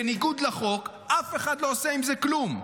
בניגוד לחוק, אף אחד לא עושה עם זה כלום.